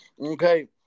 Okay